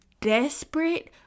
desperate